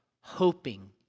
hoping